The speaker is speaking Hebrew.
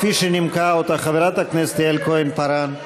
כפי שנימקה אותה חברת הכנסת יעל כהן-פארן.